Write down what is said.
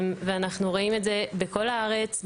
ואנחנו רואים את זה בכל הארץ,